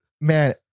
man